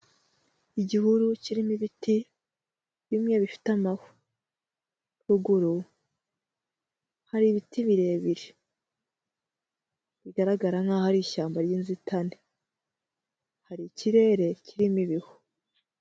Igihuru kirimo ibiti, bimwe bifite amahwa. Ruguru hari ibiti birebire bigaragara nkaho ari ishyamba ry'inzitane. Hari ikirere kirimo ibihu.